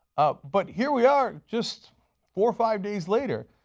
um but here we are, just for five days later,